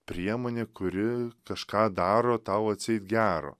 priemonė kuri kažką daro tau atseit gero